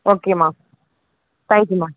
ஓகேம்மா தேங்க் யூம்மா